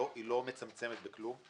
היא לא מצמצמת בכלום.